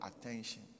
attention